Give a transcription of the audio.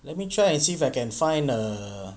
let me try and see if I can find err